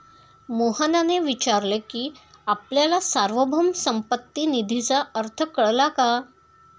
मोहनने विचारले की आपल्याला सार्वभौम संपत्ती निधीचा अर्थ कळला का?